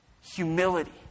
humility